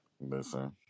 Listen